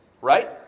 right